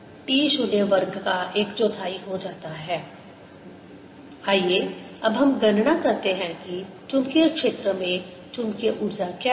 Energy content120E2120E02kr ωtdt 120E021T0T kr ωtdt140E02 Time average0E021T0T kr ωtdt140E02 आइए अब हम गणना करते हैं कि चुंबकीय क्षेत्र में चुंबकीय ऊर्जा क्या है